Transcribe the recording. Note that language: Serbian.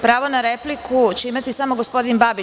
Pravo na repliku će imati samo gospodinu Babić.